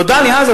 נודע לי אז,